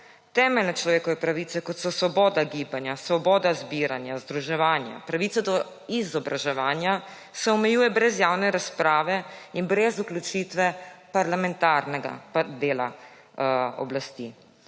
Temeljne človekove pravice, kot so svoboda gibanja, svoboda zbiranja, združevanja, pravica do izobraževanja se omejuje brez javne razprave in brez vključitve parlamentarnega dela oblasti,